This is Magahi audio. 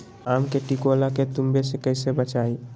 आम के टिकोला के तुवे से कैसे बचाई?